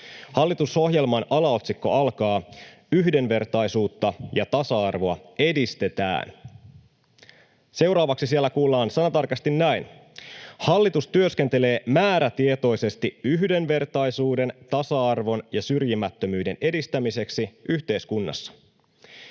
Hallitusohjelman alaotsikko alkaa ”Yhdenvertaisuutta ja tasa-arvoa edistetään”. Seuraavaksi siellä kuullaan sanatarkasti näin: ”Hallitus työskentelee määrätietoisesti yhdenvertaisuuden, tasa-arvon ja syrjimättömyyden edistämiseksi yhteiskunnassa.”